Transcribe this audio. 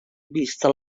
vista